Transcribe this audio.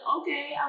okay